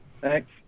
Thanks